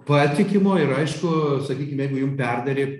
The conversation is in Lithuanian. patikimo ir aišku sakykim jeigu jum perdarė